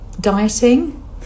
dieting